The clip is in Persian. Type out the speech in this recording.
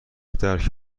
ترک